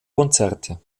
konzerte